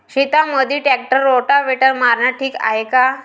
शेतामंदी tractor rotavator मारनं ठीक हाये का?